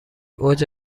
اوج